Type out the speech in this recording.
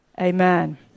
Amen